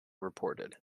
reported